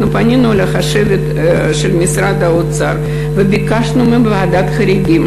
אנחנו פנינו לחשבת של משרד האוצר וביקשנו מוועדת חריגים